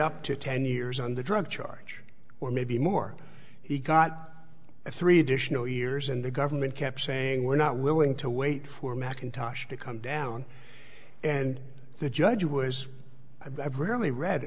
up to ten years on the drug charge or maybe more he got three additional years and the government kept saying we're not willing to wait for mcintosh to come down and the judge who has i've rarely read